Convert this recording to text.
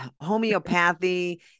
homeopathy